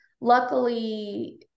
luckily